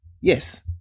Yes